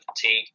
fatigue